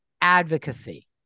advocacy